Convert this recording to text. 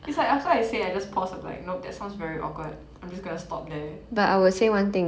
it's like after I say I just pause I'm like nope that sounds very awkward I'm just gonna stop there